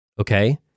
okay